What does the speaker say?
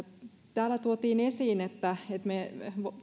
täällä tuotiin esiin että me